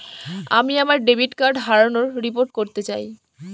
আমি আমার debit card হারানোর রিপোর্ট করতে চাই